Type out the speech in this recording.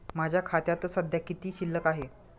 माझ्या खात्यात सध्या किती शिल्लक आहे?